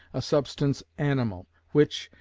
a substance animal, which,